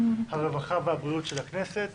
הרווחה והבריאות של הכנסת.